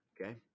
Okay